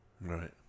Right